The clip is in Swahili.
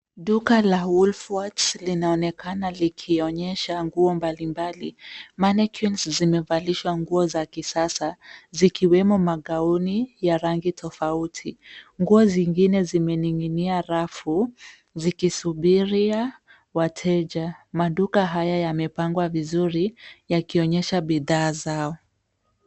Duka la Woolworths linaonekana likionyesha nguo mbalimbali. Mannequins zimevalishwa nguo za kisasa zikiwemo magauni ya rangi tofauti. Nguo zingine zimening'inia rafu zikisubiria wateja. Maduka haya yamepangwa vizuri yakionyesha bidhaa zao.